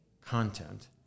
content